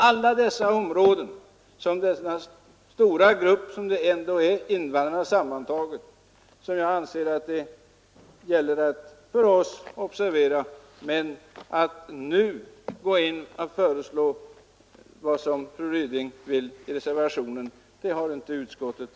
Alla dessa områden måste vi som sagt observera, men utskottet har inte ansett sig nu kunna gå in för vad fru Ryding föreslår i reservationen. Förståelsen finns emellertid.